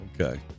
Okay